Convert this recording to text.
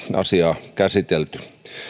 asiaa on valiokunnassa käsitelty